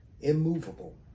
immovable